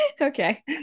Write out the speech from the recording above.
okay